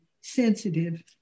sensitive